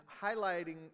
highlighting